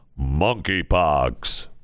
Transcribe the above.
monkeypox